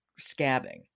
scabbing